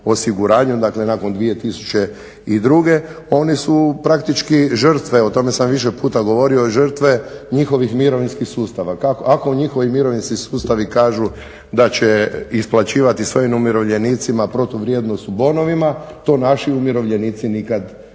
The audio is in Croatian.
osiguranju, dakle nakon 2002.oni su praktički žrtve. O tome sam više puta govorio, žrtve njihovih mirovinskih sustava. Ako njihovi mirovinski sustavi kažu da će isplaćivati svojim umirovljenicima protuvrijednost u bonovima, to naši umirovljenici nikada ne dobiju.